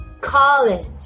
College